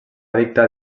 dictar